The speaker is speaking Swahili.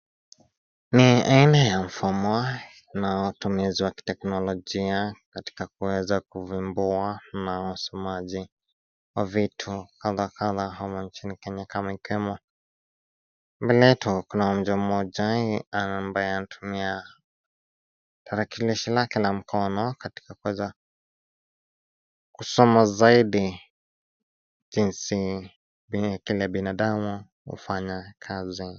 Ni aina ya mfumo na utumizi wa kiteknolojia katika kuweza kuvimbua na wasmaji wa vitu kadha kadha humu nchini Kenya kama ikiwemo. Mbele yetu kuna mja mmoja amabaye anatumia tarakilishi lake la mkono katika kuweza kusoma zaidi jinsi kile binadamu hufanya kazi.